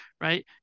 right